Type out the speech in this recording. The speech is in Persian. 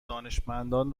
دانشمان